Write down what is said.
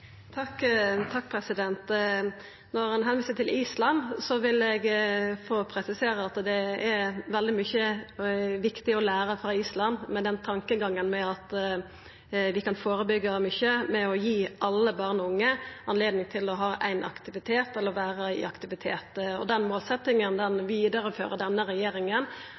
Når ein viser til Island, vil eg presisera at det er veldig mykje viktig å læra frå Island med tankegangen om at vi kan førebyggja mykje ved å gi alle barn og unge anledning til å ha ein aktivitet eller å vera i aktivitet. Den målsetjinga vidarefører denne regjeringa.